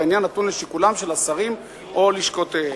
והעניין נתון לשיקולם של השרים או לשכותיהם.